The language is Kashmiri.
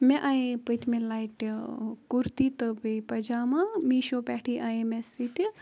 مےٚ آیے پٔتمہِ لَٹہِ کُرتی تہٕ بیٚیہِ پَجاما میٖشو پٮ۪ٹھٕے آیے مےٚ سُہ تہِ